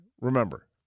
remember